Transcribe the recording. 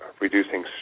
reducing